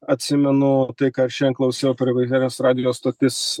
atsimenu tai ką ir šiandien klausiau per įvairias radijo stotis